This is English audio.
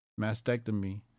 mastectomy